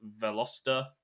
veloster